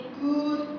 good